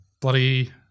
Bloody